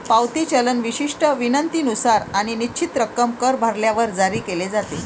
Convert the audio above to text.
पावती चलन विशिष्ट विनंतीनुसार आणि निश्चित रक्कम कर भरल्यावर जारी केले जाते